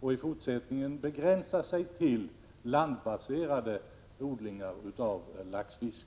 och i fortsättningen begränsa sig till landbaserade odlingar av laxfisk.